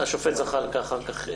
ונמשיך עוד אחר כך.